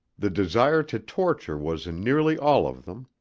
the desire to torture was in nearly all of them.